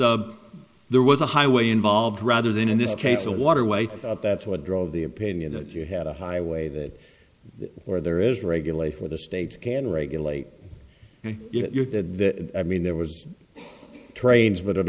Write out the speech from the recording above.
there was a highway involved rather than in this case a waterway that's what drove the opinion that you had a highway that or there is regulate for the state can regulate that i mean there was trains but it